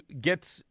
get